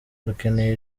dukeneye